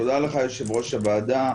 תודה לך, יושב-ראש הוועדה.